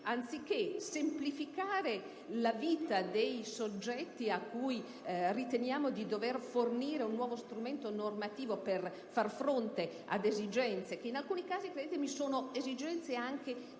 anziché semplificare la vita dei soggetti cui riteniamo di dover fornire un nuovo strumento normativo per far fronte ad esigenze che, in alcuni casi, credetemi, sono anche delicate,